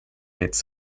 its